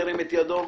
ירים את ידו.